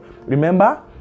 remember